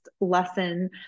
lesson